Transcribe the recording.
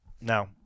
Now